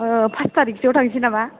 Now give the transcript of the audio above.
pass तारिखसोआव थांसै नामा